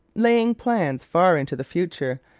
laying plans far into the future,